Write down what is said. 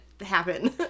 happen